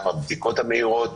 גם מבצע הבדיקות המהירות,